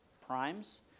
primes